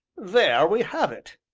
there we have it!